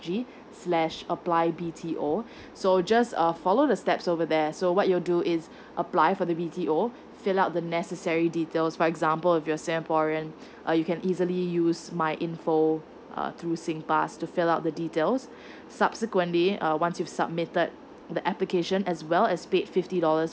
G slash apply B_T_O so just uh follow the steps over there so what you do is apply for the B_T_O fill up the necessary details for example if you're singaporean uh you can easily use my info err through sing pass to fill up the details subsequently um once you submitted the application as well as paid fifty dollars